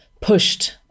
pushed